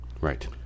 Right